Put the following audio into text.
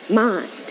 mind